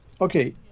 Okay